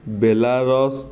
Belarus